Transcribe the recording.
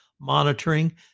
monitoring